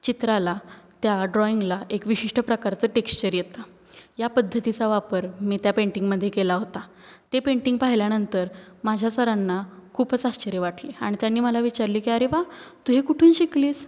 चित्राला त्या ड्रॉईंगला एक विशिष्ट प्रकारचं टेक्स्चर येतं या पद्धतीचा वापर मी त्या पेंटिंगमध्ये केला होता ते पेंटिंग पाहिल्यानंतर माझ्या सरांना खूपच आश्चर्य वाटले आणि त्यांनी मला विचारले की अरे वा तू हे कुठून शिकलीस